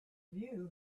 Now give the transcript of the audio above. view